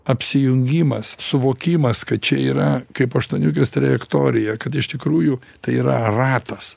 apsijungimas suvokimas kad čia yra kaip aštuoniukės trajektorija kad iš tikrųjų tai yra ratas